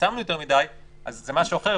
צמצמנו יותר מדיי זה משהו אחר.